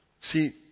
See